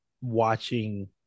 watching